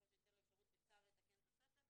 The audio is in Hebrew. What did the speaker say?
ככל שתהיה לו אפשרות בצו לתקן תוספת,